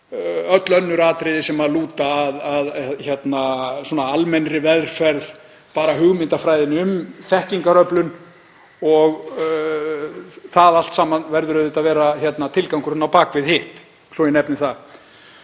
öll önnur atriði sem lúta að almennri velferð, að hugmyndafræðinni um þekkingaröflun. Það allt saman verður að vera tilgangurinn á bak við hitt, svo ég nefni það.